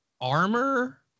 armor